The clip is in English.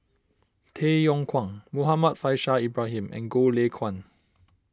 Tay Yong Kwang Muhammad Faishal Ibrahim and Goh Lay Kuan